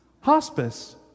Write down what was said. hospice